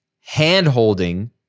hand-holding